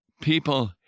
People